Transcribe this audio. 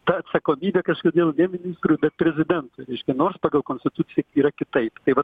ta atsakomybė kažkodėl didins grupė prezidentų reiškia nors pagal konstituciją yra kitaip tai vat